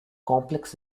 complex